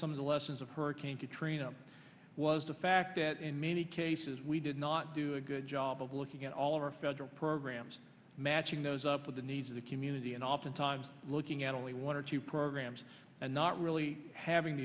some of the lessons of hurricane katrina was the fact that in many cases we did not do a good job of looking at all of our federal programs matching those up with the needs of the community and oftentimes looking at only one or two programs and not really having